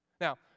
Now